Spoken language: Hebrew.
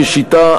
כשיטה,